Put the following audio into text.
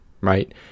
right